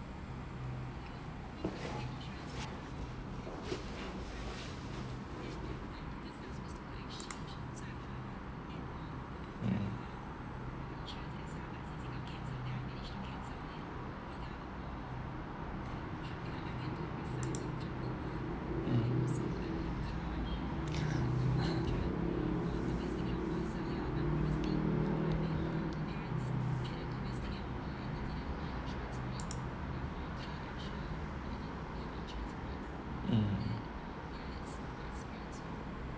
mm mm